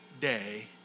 day